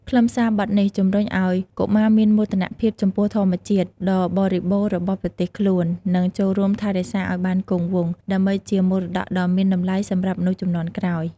ខ្លឹមសារបទនេះជំរុញឲ្យកុមារមានមោទនភាពចំពោះធម្មជាតិដ៏បរិបូរណ៍របស់ប្រទេសខ្លួន និង ចូលរួមថែរក្សាឲ្យបានគង់វង្ស ដើម្បីជាមរតកដ៏មានតម្លៃសម្រាប់មនុស្សជំនាន់ក្រោយ។